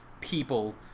people